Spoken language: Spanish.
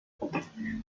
ocho